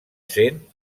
sent